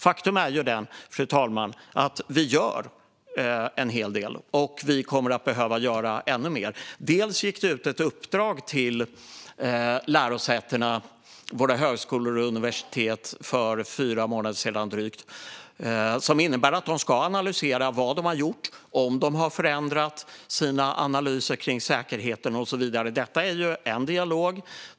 Faktum är, fru talman, att vi gör en hel del, och vi kommer att behöva göra ännu mer. Dels gick det ut ett uppdrag till våra högskolor och universitet för fyra månader sedan som innebär att de ska analysera vad de har gjort och om de har förändrat sina analyser när det gäller säkerheten och så vidare. Det är en dialog.